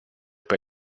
per